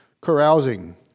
carousing